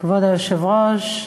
כבוד היושב-ראש,